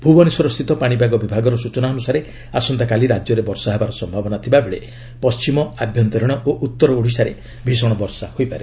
ଭୁବନେଶ୍ୱର ସ୍ଥିତ ପାଣିପାଗ ବିଭାଗର ସ୍ଚଚନା ଅନୁସାରେ ଆସନ୍ତାକାଲି ରାଜ୍ୟରେ ବର୍ଷା ହେବାର ସମ୍ଭାବନା ଥିବା ବେଳେ ପଣ୍ଢିମ ଆଭ୍ୟନ୍ତରୀଣ ଉତ୍ତର ଓଡ଼ିଶାରେ ଭିଷଣ ବର୍ଷା ହୋଇପାରେ